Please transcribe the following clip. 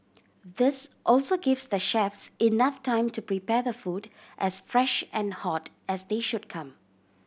this also gives the chefs enough time to prepare the food as fresh and hot as they should come